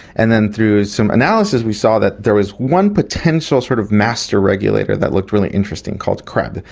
and then through some analysis we saw that there was one potential sort of master regulator that looked really interesting called creb.